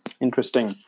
Interesting